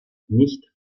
nicht